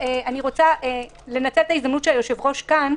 אני רוצה לנצל את ההזדמנות שהיושב-ראש כאן,